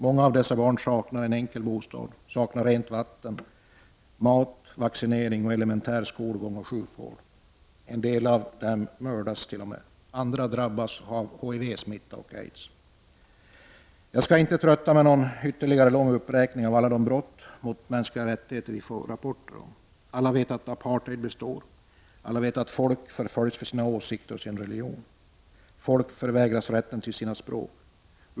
Många av dessa barn saknar en enkel bostad, rent vatten, mat, vaccinering och elementär skolgång och sjukvård. En del av dem mördas. Andra drabbas av HIV-smitta och aids. Jag skall inte trötta med någon lång uppräkning av alla de brott mot mänskliga rättigheter som vi får rapporter om. Alla vet vi att apartheid består, att människor förföljs för sina åsikter och sin religion. Folk förvägras rätt till sina språk.